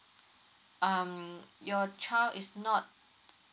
um your child is not